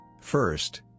First